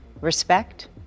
respect